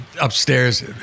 upstairs